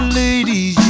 ladies